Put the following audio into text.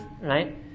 right